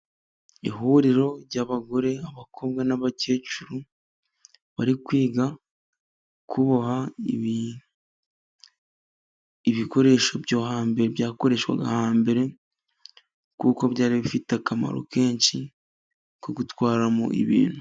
Ihuriro ry'abagore abakobwa n'abakecuru, bari kwiga kuboha ibikoresho byo hambere byakoreshwaga hambere, kuko byari bifite akamaro kenshi ,ko gutwaramo ibintu.